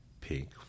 pink